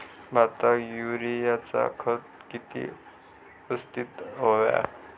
भाताक युरियाचा खत किती यवस्तित हव्या?